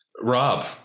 Rob